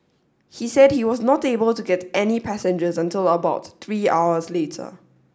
he said he was not able to get any passengers until about three hours later